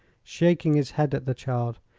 shaking his head at the child,